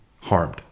harmed